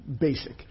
basic